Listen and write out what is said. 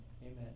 Amen